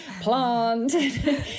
plant